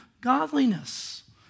godliness